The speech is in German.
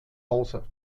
hause